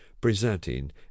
presenting